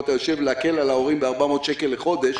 אתה יושב להקל על ההורים ב-400 שקל בחודש,